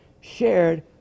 Shared